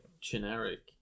generic